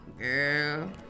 girl